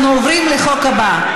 אנחנו עוברים לחוק הבא.